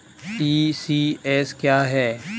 ECS क्या है?